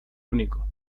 único